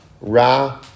ra